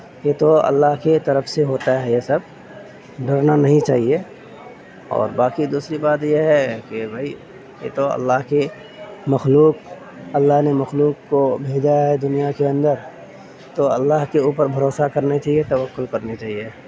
یہ تو اللہ کی طرف سے ہوتا ہے یہ سب ڈرنا نہیں چاہیے اور باقی دوسری بات یہ ہے کہ بھائی یہ تو اللہ کی مخلوق اللہ نے مخلوق کو بھیجا ہے دنیا کے اندر تو اللہ کے اوپر بھروسہ کرنی چاہیے توکل کرنی چاہیے